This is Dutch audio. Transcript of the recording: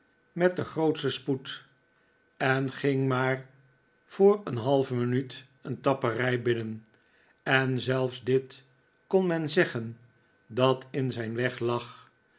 met den grootsten spoed en ging maar voor een halve minuut een tapperij binnen en zelfs dit kon men zeggen dat in zijn weg lag